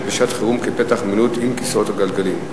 בשעת חירום כפתח מילוט עם כיסאות גלגלים.